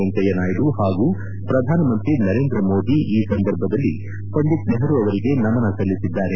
ವೆಂಕಯ್ಯ ನಾಯ್ಡು ಹಾಗೂ ಪ್ರಧಾನಮಂತ್ರಿ ನರೇಂದ್ರ ಮೋದಿ ಈ ಸಂದರ್ಭದಲ್ಲಿ ಪಂಡಿತ್ ನೆಹರು ಅವರಿಗೆ ನಮನ ಸಲ್ಲಿಸಿದ್ದಾರೆ